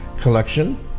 collection